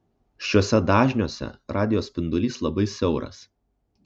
šiuose dažniuose radijo spindulys labai siauras